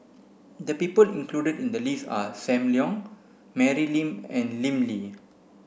the people included in the list are Sam Leong Mary Lim and Lim Lee